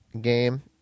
game